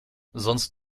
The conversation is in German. sonst